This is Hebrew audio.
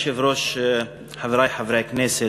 אדוני היושב-ראש, תודה, חברי חברי הכנסת,